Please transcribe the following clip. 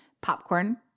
popcorn